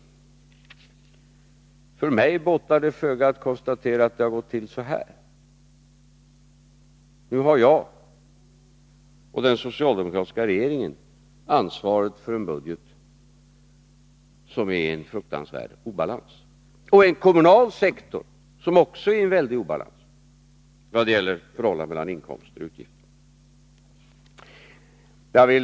För mig båtar det föga att konstatera att det gått till så här. Nu har jag och den socialdemokratiska regeringen ansvaret för en budget som är i en fruktansvärd obalans och för en kommunal sektor som också är i väldig obalans när det gäller förhållandet mellan inkomster och utgifter.